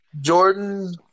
Jordan